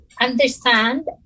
understand